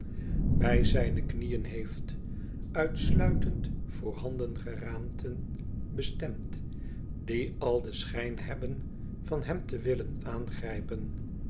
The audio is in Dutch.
vriekd zijne knieën heeft uitsluitend voor handen geraaipte bestemd die al den schijn hebben van hem te willen aangrijpen